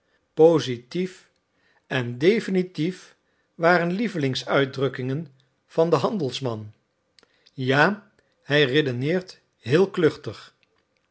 positief en definitief waren lievelingsuitdrukkingen van den handelsman ja hij redeneert heel kluchtig